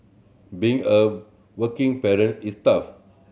being a working parent is tough